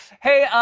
hey,